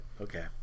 Okay